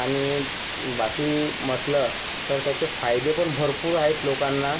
आणि बाकी म्हटलं तर त्याचे फायदे पण भरपूर आहेत लोकांना